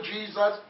Jesus